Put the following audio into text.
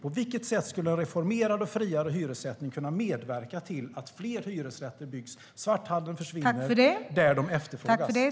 På vilket sätt skulle en reformerad och friare hyressättning kunna medverka till att fler hyresrätter byggs där de efterfrågas och att svarthandeln försvinner?